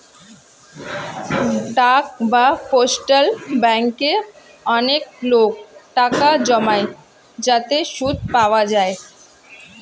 ডাক বা পোস্টাল ব্যাঙ্কে অনেক লোক টাকা জমায় যাতে সুদ পাওয়া যায়